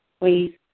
please